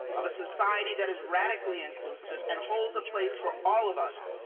of a society that is radically inclusive and holds a place for all of us.